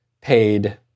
paid